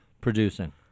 producing